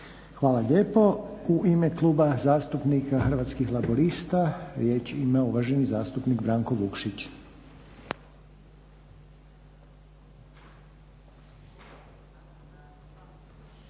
Hvala lijepa. U ime Kluba zastupnika Hrvatskih laburista riječ ima uvaženi zastupnik Branko Vukšić.